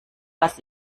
was